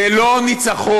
זה לא ניצחון,